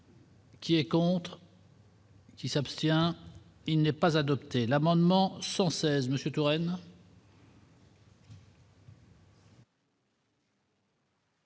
Qui est contre. Qui s'abstient, il n'est pas adopté l'amendement 116 Monsieur Touraine.